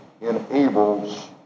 enables